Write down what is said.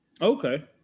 Okay